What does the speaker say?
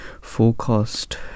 forecast